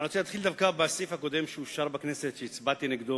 אני רוצה להתחיל דווקא בסעיף הקודם שאושר בכנסת שהצבעתי נגדו,